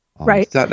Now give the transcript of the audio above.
Right